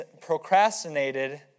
procrastinated